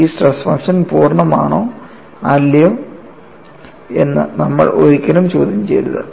ഈ stress function പൂർണ്ണം ആണോ അല്ലയോ എന്ന് നമ്മൾ ഒരിക്കലും ചോദ്യം ചെയ്യരുത്